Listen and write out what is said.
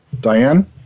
Diane